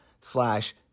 slash